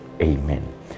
Amen